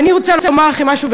ואני רוצה לומר לכם משהו,